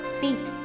feet